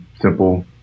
simple